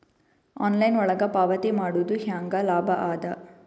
Online ಒಳಗ ಪಾವತಿ ಮಾಡುದು ಹ್ಯಾಂಗ ಲಾಭ ಆದ?